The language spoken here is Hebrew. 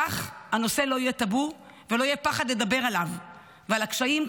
וכך הנושא לא יהיה טאבו ולא יהיה פחד לדבר עליו ועל הקשיים,